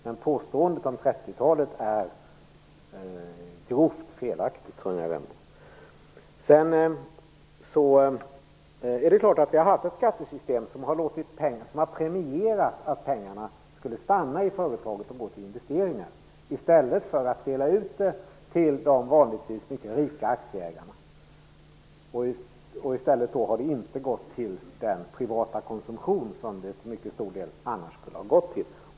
Men påståendet om 30-talet är grovt felaktigt, Sonja Rembo. Vi har haft ett skattesystem som har premierat att pengarna skulle stanna i företaget och gå till investeringar i stället för att delas ut till de vanligtvis mycket rika aktieägarna. Pengarna har alltså inte gått till den privata konsumtion som de annars till mycket stor del skulle ha gått till.